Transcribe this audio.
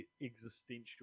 existential